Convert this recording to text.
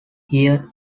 hear